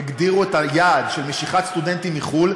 הגדירו היעד של משיכת סטודנטים מחו"ל,